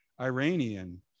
Iranian